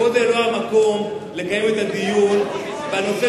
פה לא המקום לקיים את הדיון בנושא